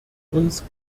uns